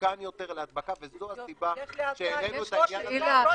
מסוכן יותר להדבקה וזו הסיבה שהעלינו את העניין הזה.